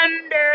Monday